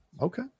Okay